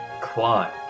climb